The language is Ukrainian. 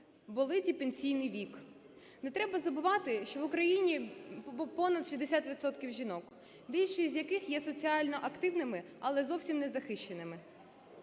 болить і пенсійний вік. Не треба забувати, що в Україні понад 60 відсотків жінок, більшість з яких є соціально активними, але зовсім незахищеними.